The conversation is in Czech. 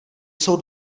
jsou